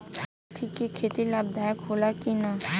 कुलथी के खेती लाभदायक होला कि न?